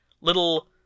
little